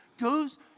goes